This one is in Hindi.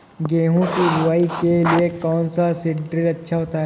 गेहूँ की बुवाई के लिए कौन सा सीद्रिल अच्छा होता है?